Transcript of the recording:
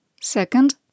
Second